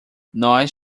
nós